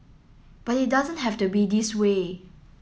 but it doesn't have to be this way